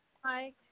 Hi